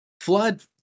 flood